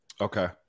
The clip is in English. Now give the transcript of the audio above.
Okay